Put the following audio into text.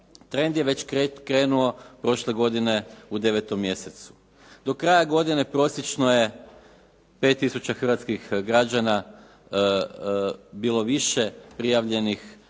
trend je već krenuo prošle godine u devetom mjesecu. Do kraja godine prosječno je 5 tisuća hrvatskih građana bilo više prijavljenih